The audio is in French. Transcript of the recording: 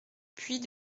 puits